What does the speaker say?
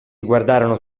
guardarono